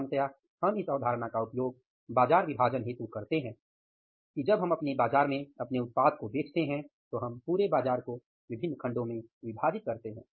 सामान्यतया हम इस अवधारणा का उपयोग बाजार विभाजन हेतु करते हैं कि जब हम बाजार में अपने उत्पाद को बेचते हैं तो हम पूरे बाजार को विभिन्न खंडों में विभाजित करते हैं